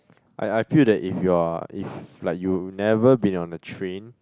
I I feel that if you are if like you never been on the train